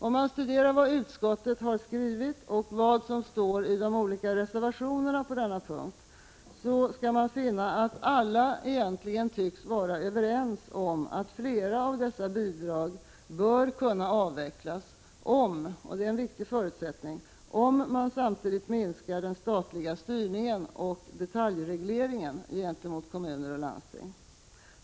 Om man studerar vad utskottet skrivit och vad som står i de olika reservationerna på denna punkt, finner man att alla egentligen tycks vara överens om att flera av dessa bidrag bör kunna avvecklas om — och det är en viktig förutsättning — man samtidigt minskar den statliga styrningen och detaljregleringen gentemot kommuner och landsting.